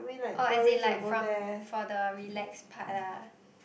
oh as in like from for the relax part ah